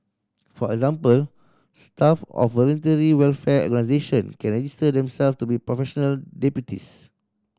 for example staff of voluntary welfare organisation can register themselves to be professional deputies